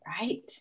Right